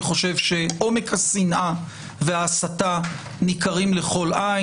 אני חושב שעומק השנאה וההסתה ניכרים לכל עין.